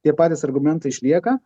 tie patys argumentai išlieka